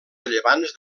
rellevants